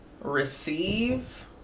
receive